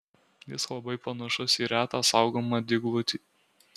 jis labai panašus į retą saugomą dyglutį